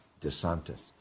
DeSantis